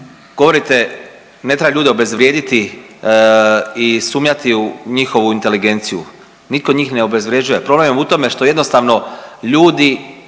Govorite, ne treba ljude obezvrijedili i sumnjati u njihovu inteligenciju. Nitko njih ne obezvrjeđuje. Problem je u tome što jednostavno ljudi